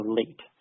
late